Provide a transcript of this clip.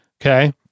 Okay